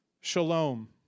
shalom